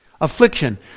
Affliction